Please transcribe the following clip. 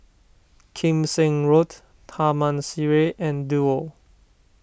Kim Seng Road Taman Sireh and Duo